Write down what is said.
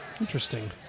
Interesting